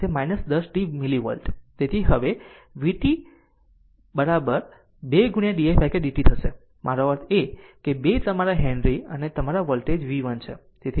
હવે તેથી v 1 t will be 2 didt થશે મારો અર્થ જો શું છે તે આ છે 2 તમારા હેનરી અને વોલ્ટેજ v 1 છે